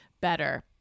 better